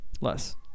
Less